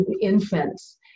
infants